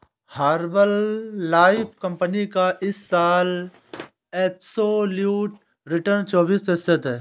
Herbalife company का इस साल एब्सोल्यूट रिटर्न चौबीस प्रतिशत है